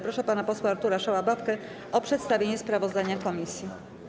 Proszę pana posła Artura Szałabawkę o przedstawienie sprawozdania komisji.